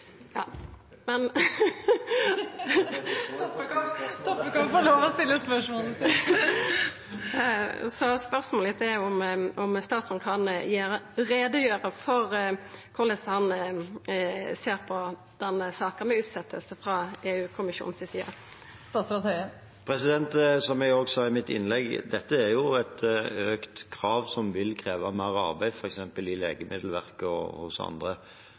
lov til å stille spørsmålet. Spørsmålet mitt er om statsråden kan gjera greie for korleis han ser på denne saka med utsetjing frå EU-kommisjonen si side. Som jeg også sa i mitt innlegg: Dette er et økt krav som vil kreve mer arbeid f.eks. i Legemiddelverket og hos andre,